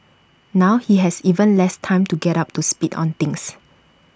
now he has even less time to get up to speed on things